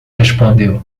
respondeu